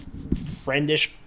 friendish